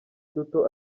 duto